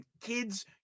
kids